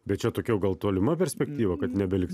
bet čia tokia jau gal tolima perspektyva kad nebeliks